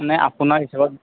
এনে আপোনাৰ হিচাপত